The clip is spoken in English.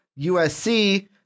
USC